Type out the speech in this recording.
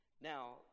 Now